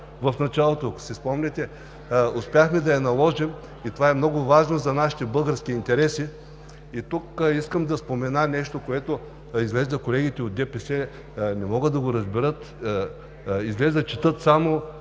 в началото, ако си спомняте. Успяхме да я наложим и това е много важно за нашите български интереси. Тук искам да спомена нещо, което, изглежда, колегите от ДПС не могат да го разберат. Изглежда, четат само